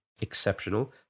exceptional